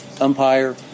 umpire